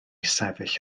sefyll